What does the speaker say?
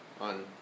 on